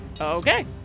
Okay